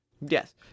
Yes